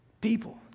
People